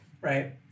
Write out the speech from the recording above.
Right